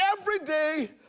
everyday